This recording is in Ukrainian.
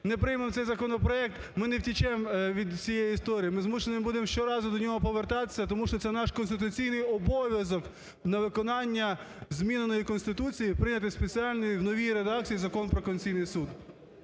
не приймемо цей законопроект, ми не втечемо від цієї історії, ми змушені будемо щоразу до нього повертатися, тому що це наш конституційний обов'язок: на виконання зміненої Конституції прийняти спеціальний, в новій редакції Закон про Конституційний Суд.